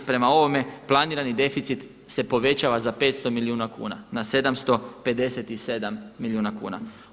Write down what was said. Prema ovome planirani deficit se povećava za 500 milijuna kuna na 757 milijuna kuna.